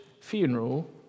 funeral